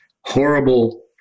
horrible